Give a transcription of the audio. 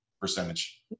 percentage